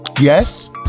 Yes